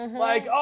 and like, um